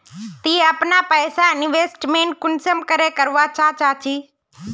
ती अपना पैसा इन्वेस्टमेंट कुंसम करे करवा चाँ चची?